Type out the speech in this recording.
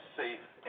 safe